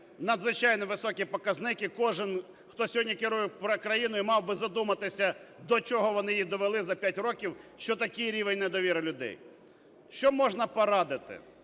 надзвичайно високий показник, і кожен, хто сьогодні керує країною, мав би задуматися, до чого вони її довели за 5 років, що такий рівень недовіри людей. Що можна порадити,